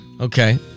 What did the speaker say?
Okay